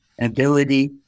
ability